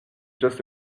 just